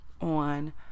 on